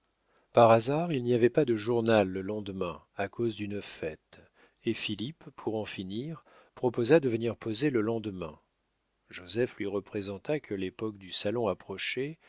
par hasard il n'y avait pas de journal le lendemain à cause d'une fête et philippe pour en finir proposa de venir poser le lendemain joseph lui représenta que l'époque du salon approchait